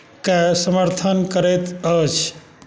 के समर्थन करैत अछि